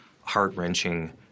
heart-wrenching